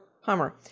Hummer